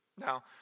Now